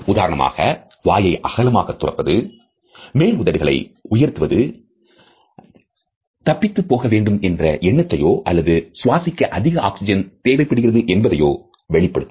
உதாரணமாக வாயை அகலமாக துறப்பது மேல் உதடுகளை உயர்த்துவது தப்பித்துப் போக வேண்டும் என்ற என்னத்தையோ அல்லது சுவாசிக்க அதிக ஆக்ஸிஜன் தேவைப்படுகிறது என்பதையோ வெளிப்படுத்தும்